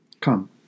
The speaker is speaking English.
Come